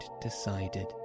decided